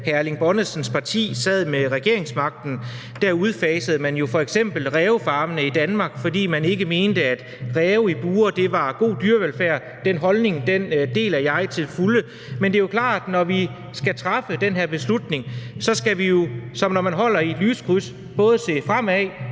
Erling Bonnesens parti sad med regeringsmagten, ved jeg, at man jo f.eks. udfasede rævefarmene i Danmark, fordi man ikke mente, at ræve i bure var god dyrevelfærd. Den holdning deler jeg til fulde. Men det er klart, at når vi skal træffe den her beslutning, skal vi jo, som når man holder i et lyskryds, både se fremad